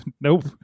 Nope